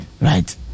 right